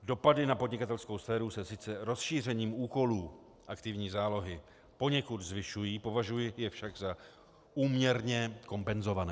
Dopady na podnikatelskou sféru se sice rozšířením úkolů aktivní zálohy poněkud zvyšují, považuji je však za úměrně kompenzované.